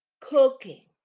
Cooking